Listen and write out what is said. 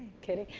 kidding.